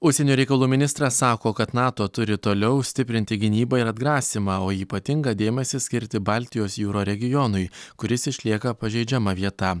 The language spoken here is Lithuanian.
užsienio reikalų ministras sako kad nato turi toliau stiprinti gynybą ir atgrasymą o ypatingą dėmesį skirti baltijos jūro regionui kuris išlieka pažeidžiama vieta